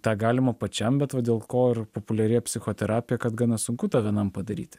tą galima pačiam bet va dėl ko ir populiarėja psichoterapija kad gana sunku tą vienam padaryti